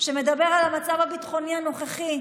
שמדבר על המצב הביטחוני הנוכחי,